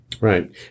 Right